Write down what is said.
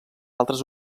altres